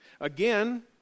Again